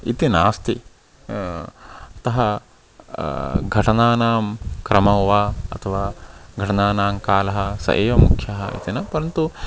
इति नास्ति अतः घटनानां क्रमौ वा अथवा घटनानां कालः सः एव मुख्यः इति न परन्तु